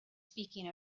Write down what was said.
speaking